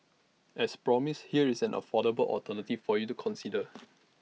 as promised here is an affordable alternative for you to consider